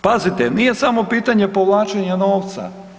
Pazite, nije samo pitanje povlačenja novca.